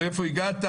מאיפה הגעת?